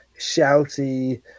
shouty